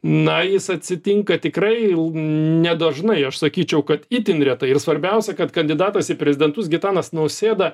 na jis atsitinka tikrai nedažnai aš sakyčiau kad itin retai ir svarbiausia kad kandidatas į prezidentus gitanas nausėda